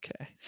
Okay